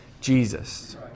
Jesus